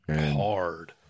Hard